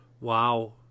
Wow